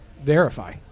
verify